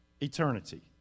eternity